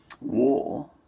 War